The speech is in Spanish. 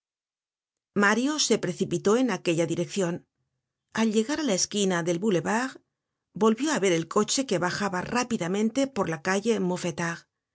mario se precipitó en aquella direccion al llegar á la esquina del boulevard volvió á ver el coche que bajaba rápidamente por la calle